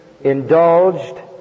indulged